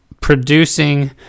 producing